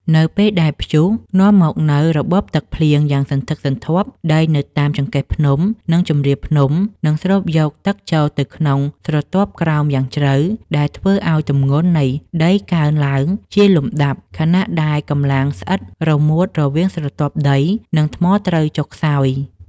នៅពេលដែលព្យុះនាំមកនូវរបបទឹកភ្លៀងយ៉ាងសន្ធឹកសន្ធាប់ ដីនៅតាមចង្កេះភ្នំ និងជម្រាលភ្នំនឹងស្រូបយកទឹកចូលទៅក្នុងស្រទាប់ក្រោមយ៉ាងជ្រៅ ដែលធ្វើឱ្យទម្ងន់នៃដីកើនឡើងជាលំដាប់ ខណៈដែលកម្លាំងស្អិតរមួតរវាងស្រទាប់ដី និងថ្មត្រូវចុះខ្សោយ។